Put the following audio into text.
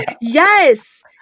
Yes